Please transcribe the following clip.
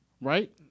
right